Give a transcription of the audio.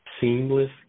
seamless